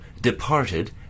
departed